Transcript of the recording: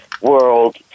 world